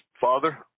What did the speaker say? Father